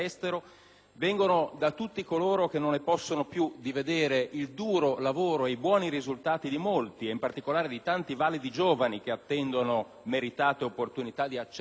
vengono da tutti i colori che non ne possono più di vedere il duro lavoro e i buoni risultati di molti, ed in particolare di tanti validi giovani che attendono meritate opportunità di accesso,